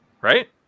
Right